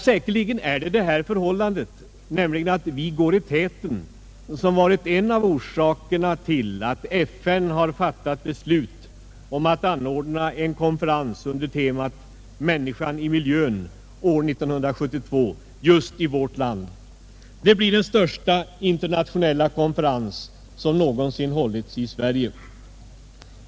Säkerligen har det förhållandet att vi går i täten varit en av orsakerna till att FN har fattat beslut om att anordna en konferens under temat »Människan i miljön» år 1972 just i vårt land. Det blir den största internationella konferens som någonsin hållits i Sverige.